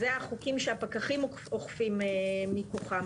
אלה החוקים שהפקחים אוכפים מכוחם,